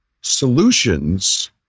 solutions